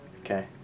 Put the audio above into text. Okay